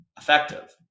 effective